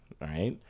right